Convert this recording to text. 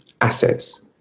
assets